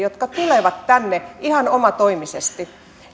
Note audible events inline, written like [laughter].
[unintelligible] jotka tulevat tänne ihan omatoimisesti